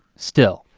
still.